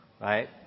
right